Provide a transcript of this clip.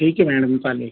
ठीक आहे मॅणम चालेल